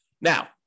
now